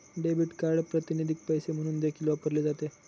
debit card प्रातिनिधिक पैसे म्हणून देखील वापरले जाते